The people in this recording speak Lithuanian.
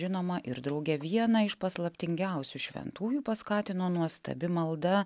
žinoma ir drauge vieną iš paslaptingiausių šventųjų paskatino nuostabi malda